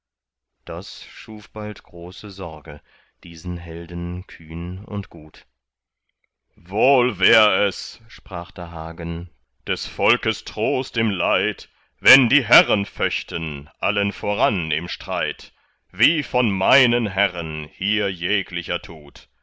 das schuf bald große sorge diesen helden kühn und gut wohl wär es sprach da hagen des volkes trost im leid wenn die herren föchten allen voran im streit wie von meinen herren hier jeglicher tut